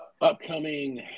upcoming